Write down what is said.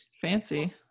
Fancy